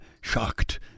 shocked